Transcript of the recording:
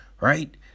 right